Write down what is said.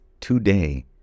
Today